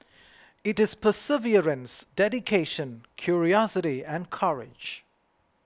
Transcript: it is perseverance dedication curiosity and courage